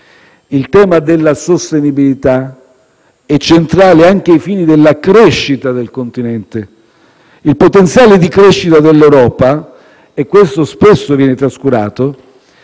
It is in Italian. Il tema della sostenibilità è centrale anche ai fini della crescita del continente. Il potenziale di crescita dell'Europa - e questo spesso viene trascurato